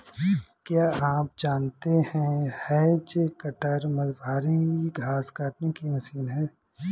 क्या आप जानते है हैज कटर भारी घांस काटने की मशीन है